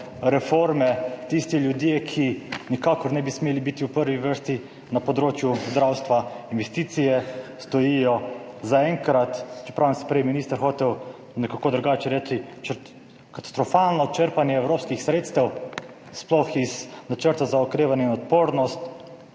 reforme tisti ljudje, ki nikakor ne bi smeli biti v prvi vrsti na področju zdravstva. Investicije zaenkrat stojijo, čeprav je prej minister hotel nekako drugače reči, katastrofalno črpanje evropskih sredstev, sploh iz Načrta za okrevanje in odpornost.